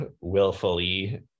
willfully